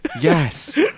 Yes